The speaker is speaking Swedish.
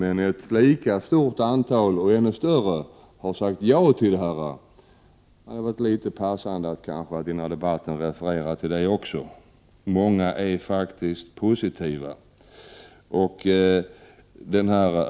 Men faktum är att de som har sagt ja är ännu fler än de som har sagt nej. Det hade därför varit litet passande att i den här debatten referera till det också. Många är alltså positiva i det här sammanhanget.